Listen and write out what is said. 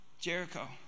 Jericho